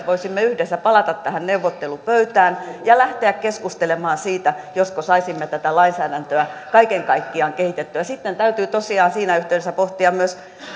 että voisimme yhdessä palata tähän neuvottelupöytään ja lähteä keskustelemaan siitä josko saisimme tätä lainsäädäntöä kaiken kaikkiaan kehitettyä sitten täytyy tosiaan siinä yhteydessä pohtia myös